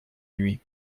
nuit